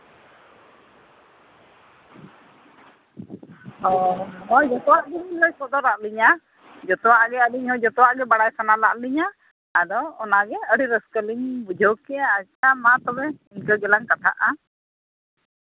ᱦᱳᱭ ᱦᱚᱸᱜᱼᱚᱭ ᱡᱚᱛᱚᱣᱟᱜ ᱜᱮᱵᱤᱱ ᱞᱟᱹᱭ ᱥᱚᱫᱚᱨᱟᱫ ᱞᱤᱧᱟᱹ ᱡᱚᱛᱚᱣᱟᱜ ᱜᱮ ᱟᱹᱞᱤᱧ ᱦᱚᱸ ᱡᱚᱛᱚᱣᱟᱜ ᱜᱮ ᱵᱟᱲᱟᱭ ᱥᱟᱱᱟᱞᱮᱫ ᱞᱤᱧᱟᱹ ᱟᱫᱚ ᱚᱱᱟ ᱜᱮ ᱟᱹᱰᱤ ᱨᱟᱹᱥᱠᱟᱹ ᱞᱤᱧ ᱵᱩᱡᱷᱟᱹᱣ ᱠᱮᱫᱼᱟ ᱟᱪᱪᱷᱟ ᱢᱟ ᱛᱚᱵᱮ ᱤᱱᱠᱟᱹ ᱜᱮᱞᱟᱝ ᱠᱟᱛᱷᱟᱜᱼᱟ